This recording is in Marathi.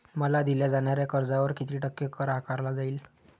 मला दिल्या जाणाऱ्या कर्जावर किती टक्के कर आकारला जाईल?